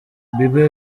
bieber